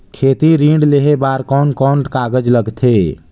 खेती ऋण लेहे बार कोन कोन कागज लगथे?